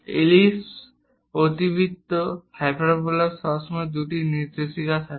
ellipse অতিবৃত্ত হাইপারবোলার সবসময় দুটি নির্দেশিকা থাকে